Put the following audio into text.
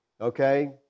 Okay